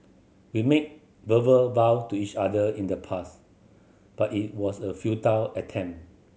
we made verbal vow to each other in the past but it was a futile attempt